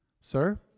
Sir